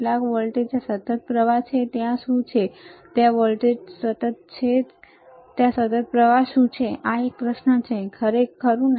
કેટલાક વોલ્ટેજ છે ત્યાં સતત પ્રવાહ છે ત્યાં શું છે ત્યાં સતત વોલ્ટેજ શું છે ત્યાં સતત પ્રવાહ છે ત્યાં એક પ્રશ્ન છે ખરું